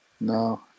no